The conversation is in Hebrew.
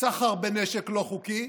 סחר בנשק לא חוקי,